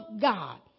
God